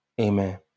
Amen